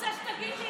רוצה שתגיד לי,